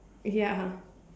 ya